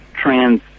trans